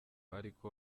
ariko